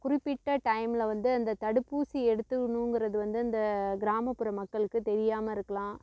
குறிப்பிட்ட டைமில் வந்து அந்த தடுப்பூசி எடுத்துக்கணுங்கறது வந்து அந்த கிராமப்புற மக்களுக்கு தெரியாமல் இருக்கலாம்